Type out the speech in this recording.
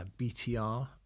BTR